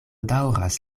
daŭras